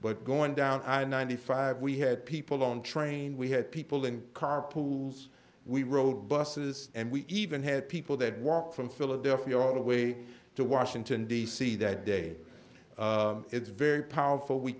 but going down i ninety five we had people on train we had people in car pools we rode buses and we even had people that walk from philadelphia all the way to washington d c that day it's very powerful we